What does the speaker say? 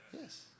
Yes